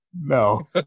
No